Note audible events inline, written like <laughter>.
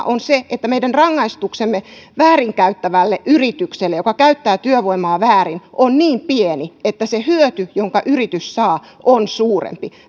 <unintelligible> on se että meidän rangaistuksemme väärinkäyttävälle yritykselle joka käyttää työvoimaa väärin on niin pieni että se hyöty jonka yritys saa on suurempi jos